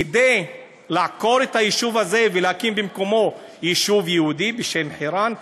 כדי לעקור את היישוב הזה ולהקים במקומו יישוב יהודי בשם חירן?